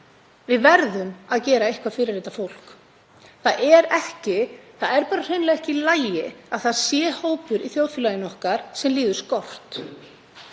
við verðum að gera eitthvað fyrir þetta fólk. Það er bara hreinlega ekki í lagi að það sé hópur í þjóðfélaginu okkar sem líður skort.